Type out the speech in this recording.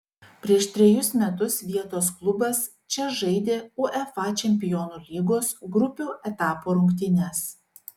prieš trejus metus vietos klubas čia žaidė uefa čempionų lygos grupių etapo rungtynes